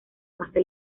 base